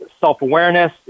self-awareness